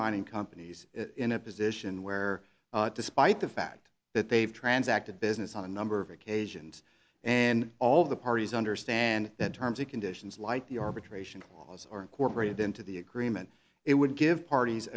mining companies in a position where despite the fact that they've transacted business on a number of occasions and all the parties understand that terms and conditions like the arbitration clause are incorporated into the agreement it would give parties